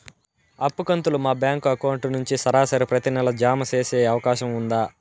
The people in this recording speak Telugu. అప్పు కంతులు మా బ్యాంకు అకౌంట్ నుంచి సరాసరి ప్రతి నెల జామ సేసే అవకాశం ఉందా?